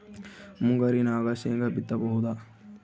ಮುಂಗಾರಿನಾಗ ಶೇಂಗಾ ಬಿತ್ತಬಹುದಾ?